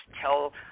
tell